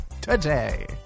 today